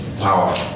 power